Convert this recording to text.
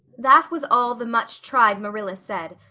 that was all the much-tried marilla said,